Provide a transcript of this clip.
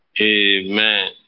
Amen